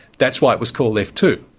that's why it was called f two.